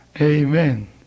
Amen